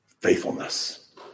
faithfulness